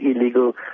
illegal